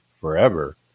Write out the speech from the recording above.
forever